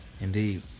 indeed